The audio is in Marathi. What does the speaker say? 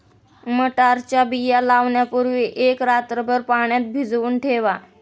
मटारच्या बिया लावण्यापूर्वी एक रात्रभर पाण्यात भिजवून ठेवा